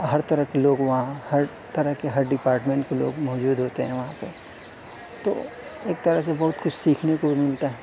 ہر طرح کے لوگ وہاں ہر طرح کے ہر ڈیپاٹمنٹ کے لوگ موجود ہوتے ہیں وہاں پہ تو ایک طرح سے بہت کچھ سیکھنے کو بھی ملتا ہے